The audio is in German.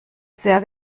sehr